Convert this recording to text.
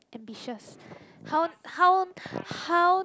ambitious how how how